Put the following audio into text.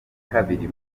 kabiri